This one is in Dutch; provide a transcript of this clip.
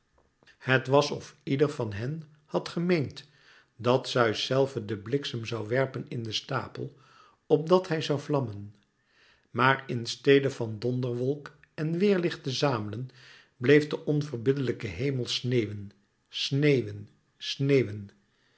het was of ieder van hen had gemeend dat zeus zelve den bliksem zoû werpen in den stapel opdat hij zoû vlammen maar in stede van donderwolk en weêrlicht te zamelen bleef de onverbiddelijke hemel sneeuwen sneeuwen sneeuwen